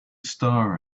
star